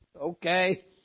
Okay